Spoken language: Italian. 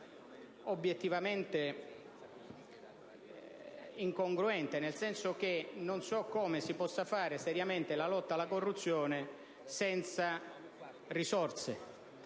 obiettivamente incongruente, in quanto non si capisce come si possa fare seriamente la lotta alla corruzione senza risorse.